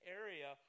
area